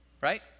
Right